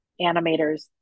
animators